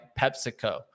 PepsiCo